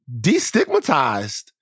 destigmatized